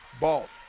Balt